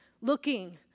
looking